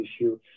issue